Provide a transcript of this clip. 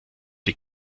die